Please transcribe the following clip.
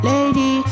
Lady